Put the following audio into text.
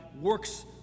works